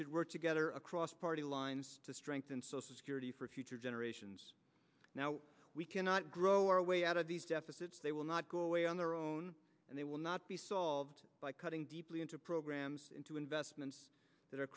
should work together across party lines to strengthen social security for future generations now we cannot grow our way out of these deficits they will not go away on their own and they will not be solved by cutting deeply into programs into investments that are